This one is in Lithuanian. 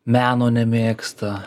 meno nemėgsta